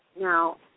Now